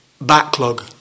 backlog